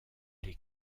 les